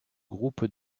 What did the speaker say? groupe